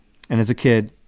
and as a kid,